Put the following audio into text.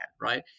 right